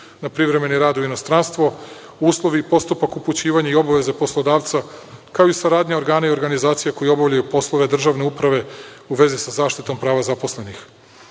na privremeni rad u inostranstvo, uslovi i postupak upućivanja i obaveze poslodavca, kao i saradnja organa i organizacija koji obavljaju poslove državne uprave u vezi sa zaštitom prava zaposlenih.